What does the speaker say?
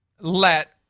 let